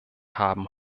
haben